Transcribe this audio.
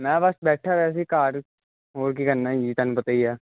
ਮੈਂ ਬਸ ਬੈਠਾ ਵੈਸੇ ਘਰ ਹੋਰ ਕੀ ਕਰਨਾ ਜੀ ਤੁਹਾਨੂੰ ਪਤਾ ਹੀ ਆ